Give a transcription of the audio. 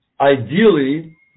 Ideally